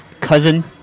cousin